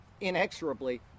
inexorably